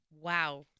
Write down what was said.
Wow